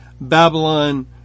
Babylon